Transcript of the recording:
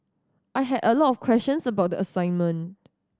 I had a lot of questions about the assignment